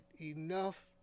enough